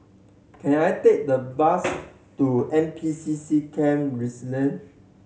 can I take the bus to N P C C Camp Resilience